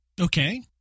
Okay